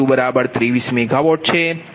જેથી હવે Pg223MW છે